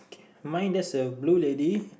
mine that's a blue lady